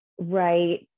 Right